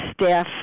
staff